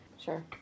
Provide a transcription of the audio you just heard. Sure